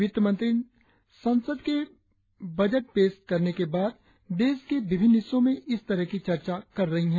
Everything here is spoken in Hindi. वित्तमंत्री संसद में बजट पेश करने के बाद देश के विशिन्न हिस्सों में इस तरह की चर्चा कर रही हैं